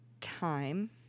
time